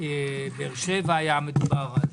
באר שבע היה מדובר אז.